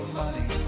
money